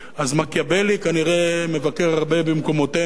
אז מקיאוולי כנראה מבקר הרבה במקומותינו,